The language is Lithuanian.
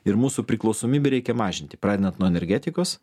ir mūsų priklausomybę reikia mažinti pradedant nuo energetikos